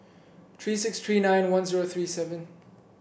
three six three nine one zero three seven